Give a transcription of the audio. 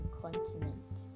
continent